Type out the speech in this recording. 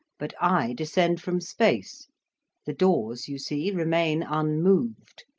but i descend from space the doors, you see, remain unmoved.